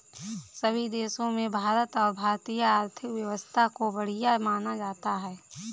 सभी देशों में भारत और भारतीय आर्थिक व्यवस्था को बढ़िया माना जाता है